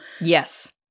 Yes